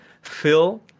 Fill